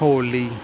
ਹੋਲੀ